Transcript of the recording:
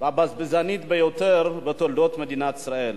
והבזבזנית ביותר בתולדות מדינת ישראל.